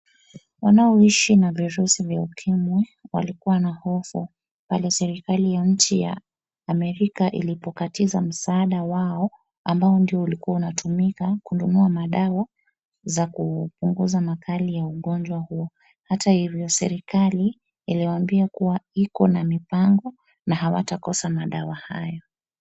Wanaoishi na virusi vya ukimwi walikua na hofu baada ya serikali ya nchi ya Amerika ilipokatiza msaada wao ambao ndio ulikua unatumika kununua madawa za kupunguza makali ya ugonjwa huo. Hata hivyo serikali iliwaambia kuwa iko na mipango na hawatakosa madawa hayo.